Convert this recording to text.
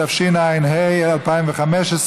התשע"ה 2015,